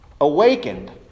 awakened